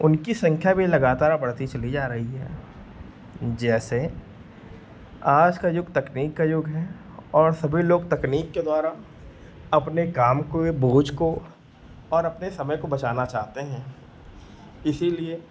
उनकी सँख्या भी लगातार बढ़ती चली जा रही है जैसे आज का युग तकनीक का युग है और सभी लोग तकनीक के द्वारा अपने काम को या बोझ को और अपने समय को बचाना चाहते हैं इसीलिए